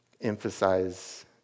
emphasize